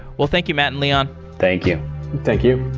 well, thank you matt and leon thank you thank you